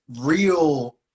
real